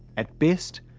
at best,